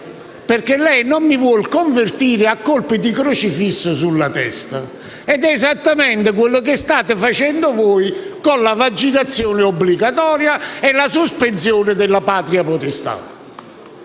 perché non lo voleva convertire a colpi di crocifisso sulla testa: è esattamente ciò che state facendo voi con la vaccinazione obbligatoria e la sospensione della patria potestà.